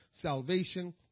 salvation